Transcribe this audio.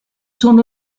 son